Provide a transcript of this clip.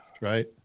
right